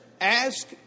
ask